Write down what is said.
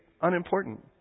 Unimportant